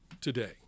today